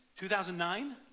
2009